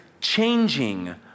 changing